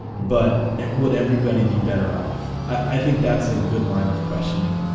but it would everybody be better off. i think that's a good line of questioning,